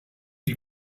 die